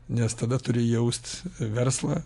nes tada turi jaust verslą